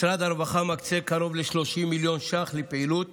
משרד הרווחה מקצה קרוב ל-30 מיליון שקלים לפעילות